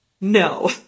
No